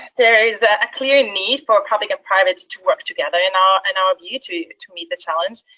there is a clear need for public and privates to work together in our and ah ah view to to meet the challenge.